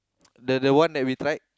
the the one that we tried